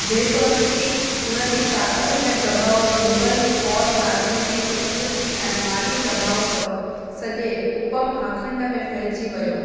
जेतोणीकि हुनजी ताक़त में प्रभाउ मुगल फ़ौज़ राजनीती संस्कृती ऐं माली दॿाउ सबबु सॼे उपमहाखंड में फ़इलजी वियो